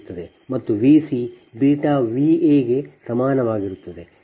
ಮತ್ತು Vc beta Va ಗೆ ಸಮಾನವಾಗಿರುತ್ತದೆ